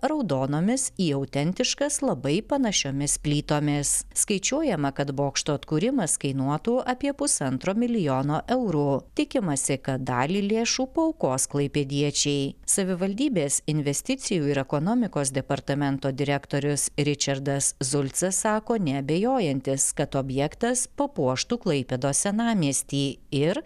raudonomis į autentiškas labai panašiomis plytomis skaičiuojama kad bokšto atkūrimas kainuotų apie pusantro milijono eurų tikimasi kad dalį lėšų paaukos klaipėdiečiai savivaldybės investicijų ir ekonomikos departamento direktorius ričardas zulcas sako neabejojantis kad objektas papuoštų klaipėdos senamiestį ir